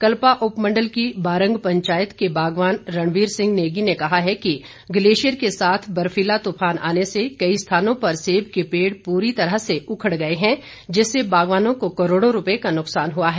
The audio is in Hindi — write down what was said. कल्पा उपमंडल की बारंग पंचायत के बागवान रणवीर सिंह नेगी ने कहा है कि ग्लेशियर के साथ बर्फीला तूफान आने से कई स्थानों पर सेब के पेड़ पूरी तरह से उखड़ गए हैं जिससे बागवानों को करोड़ों रुपए का नुक्सान हुआ है